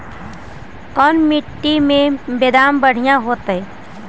कोन मट्टी में बेदाम बढ़िया होतै?